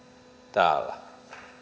täällä